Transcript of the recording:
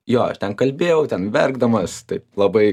jo ir ten kalbėjau ten verkdamas taip labai